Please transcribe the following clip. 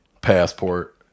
Passport